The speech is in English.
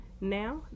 Now